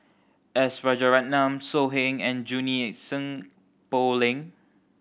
S Rajaratnam So Heng and Junie Sng Poh Leng